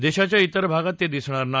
देशाच्या धिर भागात ते दिसणार नाही